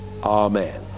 Amen